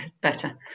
better